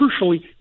crucially